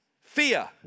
fear